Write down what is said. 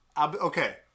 Okay